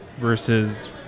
versus